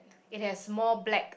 it has more black